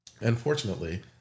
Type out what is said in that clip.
unfortunately